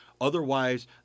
Otherwise